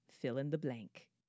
fill-in-the-blank